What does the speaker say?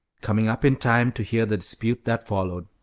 coming up in time to hear the dispute that followed.